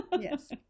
Yes